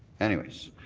anyways.